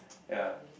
ya